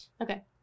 Okay